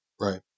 Right